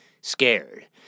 scared